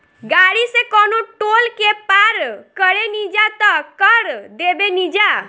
गाड़ी से कवनो टोल के पार करेनिजा त कर देबेनिजा